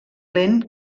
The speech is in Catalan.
lent